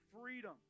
freedom